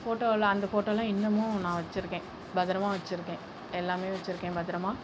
போட்டோலாம் அந்த போட்டோலாம் இன்னமும் நான் வச்சுருக்கேன் பத்திரமா வச்சுருக்கேன் எல்லாமே வச்சுருக்கேன் பத்திரமா